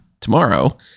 tomorrow